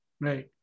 right